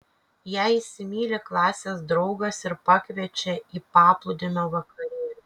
ją įsimyli klasės draugas ir pakviečia į paplūdimio vakarėlį